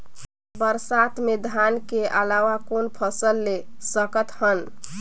बरसात मे धान के अलावा कौन फसल ले सकत हन?